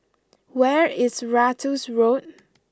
where is Ratus Road